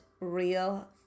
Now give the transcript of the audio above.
real